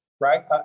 right